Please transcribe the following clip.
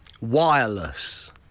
Wireless